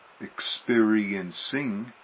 experiencing